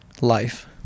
life